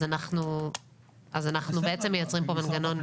אז אנחנו בעצם מייצרים פה מנגנון יותר סביר.